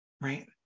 right